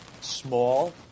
small